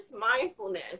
mindfulness